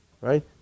Right